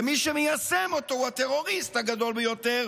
ומי שמיישם אותו הוא הטרוריסט הגדול ביותר,